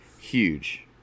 huge